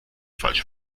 falsch